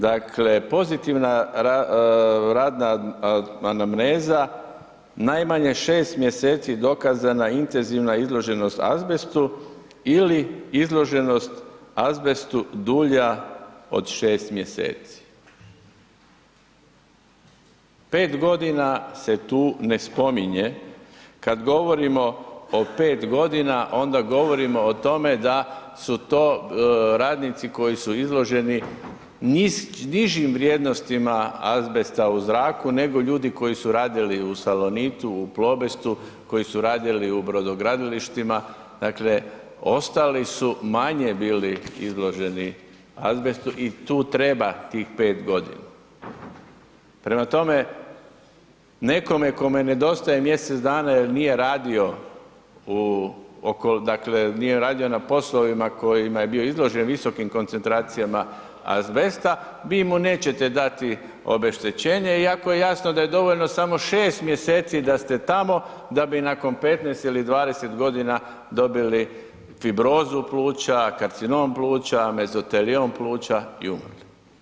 Dakle, pozitivna radna anamneza najmanje 6. mjeseci dokazana intenzivna izloženost azbestu ili izloženost azbestu dulja od 6. mjeseci, 5.g. se tu ne spominje, kad govorimo o 5.g. onda govorimo o tome da su to radnici koji su izloženi nižim vrijednostima azbesta u zraku, nego ljudi koji su radili u Salonitu, u Plobestu, koji su radili u brodogradilištima, dakle ostali su manje bili izloženi azbestu i tu treba tih 5.g. Prema tome, nekome kome nedostaje mjesec dana jel nije radio u, oko, dakle nije radio na poslovima kojima je bio izložen visokim koncentracijama azbesta, vi mu nećete dati obeštećenje iako je jasno da je dovoljno samo 6. mjeseci da ste tamo da bi nakon 15 ili 20.g. dobili fibrozu pluća, karcinom pluća, mezoteliom pluća i umrli.